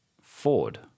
Ford